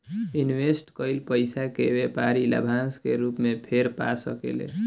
invest कईल पइसा के व्यापारी लाभांश के रूप में फेर पा सकेले